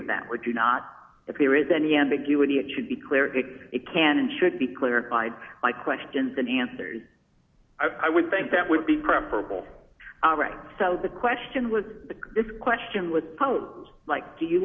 with that would you not if there is any ambiguity it should be clear if it can and should be clarified by questions than answers i would think that would be preferable all right so the question was this question with posters like do you